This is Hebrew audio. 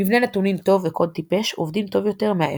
מבנה נתונים טוב וקוד טיפש עובדים טוב יותר מההפך.